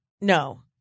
No